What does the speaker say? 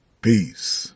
peace